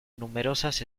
numerosas